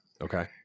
Okay